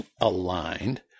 aligned